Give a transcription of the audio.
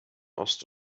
ost